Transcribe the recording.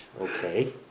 Okay